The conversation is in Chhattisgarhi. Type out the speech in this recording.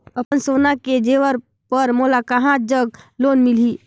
अपन सोना के जेवर पर मोला कहां जग लोन मिलही?